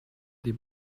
des